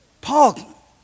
Paul